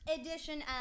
edition